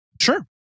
Sure